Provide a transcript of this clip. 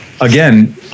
again